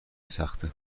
سخته